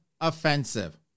offensive